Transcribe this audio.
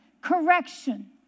correction